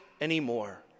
anymore